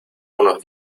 unos